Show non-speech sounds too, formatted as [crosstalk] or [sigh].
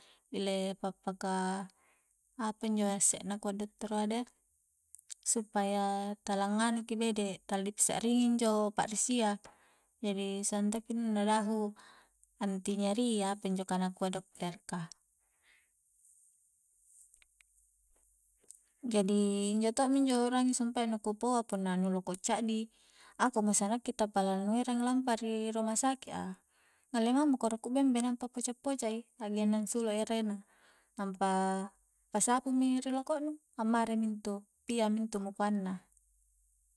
Ile pa'paka apa injo isse nakua dottoroa deh supaya tala nganuki bede' tala di pisakringi injo pakrisia jari suang tokki [unintelligible] dahu anti nyeri apanjo ka nakua dokter ka jadi injo to'mi injo ukrangi sumpae nu ku paua punna nu loko' caddi ako'mo sanna ki tappa la nu erang lampa ri rumah saki' a ngalle mamiko ruku' bembe nampa poca'-poca' i hakgenna ansulu ere na nampa pa sapu mi ri loko' nu ammari mi intu pia mintu mukoang na